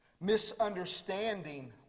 misunderstanding